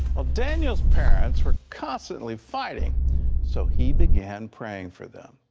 ah daniel's parents were constantly fighting so he began praying for them.